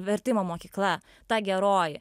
vertimo mokykla ta geroji